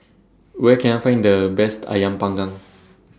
Where Can I Find The Best Ayam Panggang